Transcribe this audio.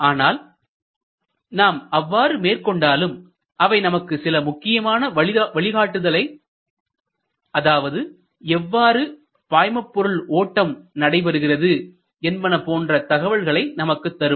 ஆனால் நாம் அவ்வாறு மேற்கொண்டாலும் அவை நமக்கு சில முக்கியமான வழிகாட்டுதலை அதாவது எவ்வாறு பாய்மபொருள் ஓட்டம் நடைபெறுகிறது என்பன போன்ற தகவல்களை நமக்குத் தரும்